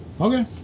Okay